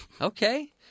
Okay